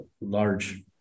large